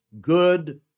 Good